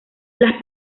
las